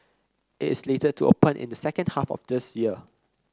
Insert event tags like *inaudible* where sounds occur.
it is slated to *noise* open in the second half of this year